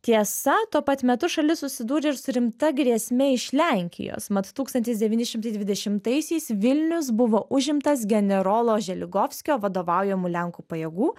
tiesa tuo pat metu šalis susidūrė ir su rimta grėsme iš lenkijos mat tūkstantis devyni šimtai dvidešimtaisiais vilnius buvo užimtas generolo želigovskio vadovaujamų lenkų pajėgų